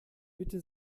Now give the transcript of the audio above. bitte